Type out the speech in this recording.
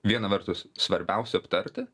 viena vertus svarbiausi aptarti